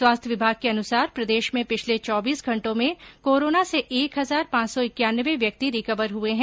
स्वास्थ्य विभाग के अनुसार प्रदेश में पिछले चौबीस घंटों में कोरोना से एक हजार पांच सौ इक्यानवे व्यक्ति रिकवर हुये हैं